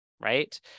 Right